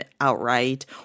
outright